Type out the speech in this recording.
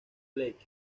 blake